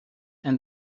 and